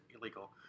illegal